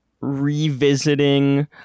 revisiting